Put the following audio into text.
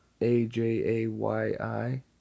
A-J-A-Y-I